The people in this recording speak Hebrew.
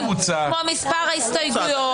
כמו מספר ההסתייגויות,